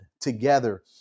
together